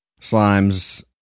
Slime's